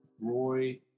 Roy